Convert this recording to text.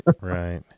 Right